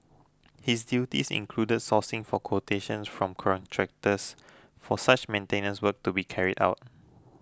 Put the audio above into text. his duties included sourcing for quotations from contractors for such maintenance work to be carried out